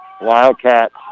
Wildcats